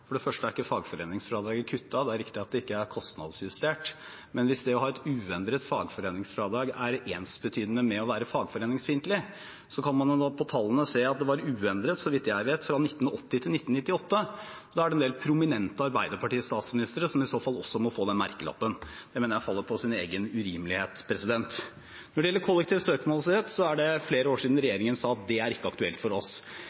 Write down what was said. For det første er ikke fagforeningsfradraget kuttet. Det er riktig at det ikke er kostnadsjustert, men hvis det å ha et uendret fagforeningsfradrag er ensbetydende med å være fagforeningsfiendtlig, så kan man jo ut fra tallene se at det – så vidt jeg vet – var uendret fra 1980 til 1998. Og da er det en del prominente Arbeiderparti-statsministre som i så fall også må få den merkelappen. Det mener jeg faller på sin egen urimelighet. Når det gjelder kollektiv søksmålsrett, er det flere år siden regjeringen sa at det ikke er aktuelt for oss.